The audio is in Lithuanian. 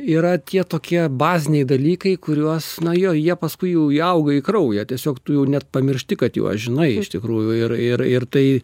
yra tie tokie baziniai dalykai kuriuos na jo jie paskui jau įauga į kraują tiesiog tu jau net pamiršti kad juos žinai iš tikrųjų ir ir ir tai